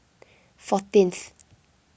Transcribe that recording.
fourteenth